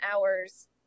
hours